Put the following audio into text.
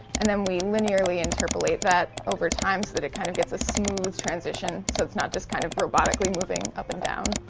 and then we linearly interpolate that over time so that it kind of gets a smooth transition. so it's not just kind of robotically moving up and down.